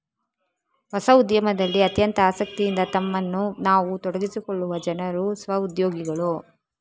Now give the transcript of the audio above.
ಹೊಸ ಉದ್ಯಮದಲ್ಲಿ ಅತ್ಯಂತ ಆಸಕ್ತಿಯಿಂದ ತಮ್ಮನ್ನು ತಾವು ತೊಡಗಿಸಿಕೊಳ್ಳುವ ಜನರು ಸ್ವ ಉದ್ಯೋಗಿಗಳು